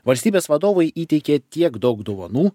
valstybės vadovui įteikė tiek daug dovanų